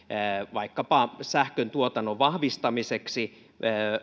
vaikkapa sähköntuotannon vahvistamiseksi